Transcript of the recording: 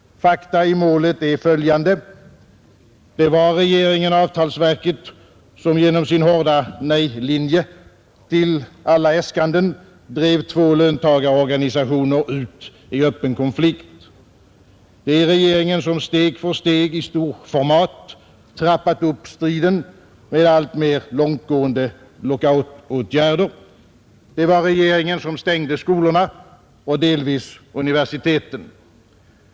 Fakta i målet är följande. Det var regeringen—avtalsverket som genom sin hårda nej-linje till alla äskanden drev två löntagarorganisationer ut i öppen konflikt. Det är regeringen som steg för steg i storformat trappat upp striden med alltmer långtgående lockoutåtgärder. Det var regeringen som stängde skolorna och delvis universiteten.